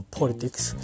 politics